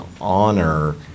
honor